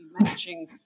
matching